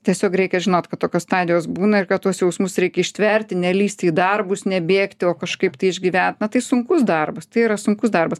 tiesiog reikia žinot kad tokios stadijos būna ir kad tuos jausmus reikia ištverti nelįsti į darbus nebėgti o kažkaip tai išgyvent na tai sunkus darbas tai yra sunkus darbas